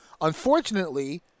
Unfortunately